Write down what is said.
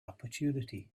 opportunity